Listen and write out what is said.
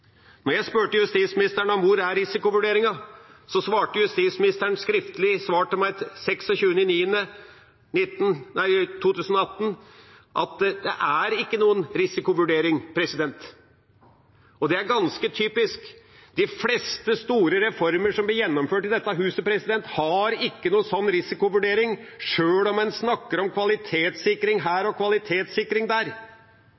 jeg spurte justisministeren om hvor risikovurderingen er, svarte han meg i et skriftlig svar datert 26. september 2018 at det ikke er noen risikovurdering. Det er ganske typisk. De fleste store reformer som blir gjennomført i dette huset, har ingen slik risikovurdering, sjøl om en snakker om kvalitetssikring